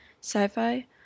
sci-fi